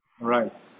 Right